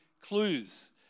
clues